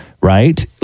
right